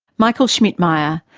michael schmidmayr,